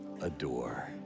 adore